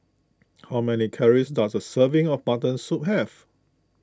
how many calories does a serving of Mutton Soup have